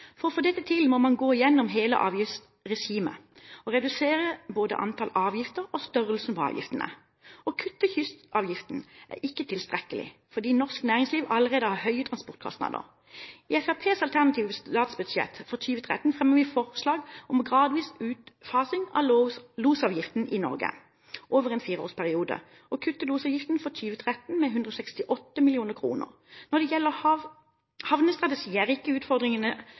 For å få dette til må man gå igjennom hele avgiftsregimet og redusere både antall avgifter og størrelsen på avgiftene. Å kutte kystavgiften er ikke tilstrekkelig, fordi norsk næringsliv allerede har høye transportkostnader. I Fremskrittspartiets alternative statsbudsjett for 2013 fremmer vi forslag om en gradvis utfasing av losavgiften i Norge over en fireårsperiode og kutter losavgiftene for 2013 med 168 mill. kr. Når det gjelder havnestrategi, er ikke